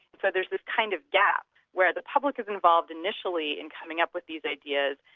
so there's the kind of doubt where the public is involved initially in coming up with these ideas,